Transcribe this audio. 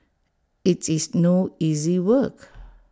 IT is no easy work